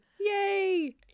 Yay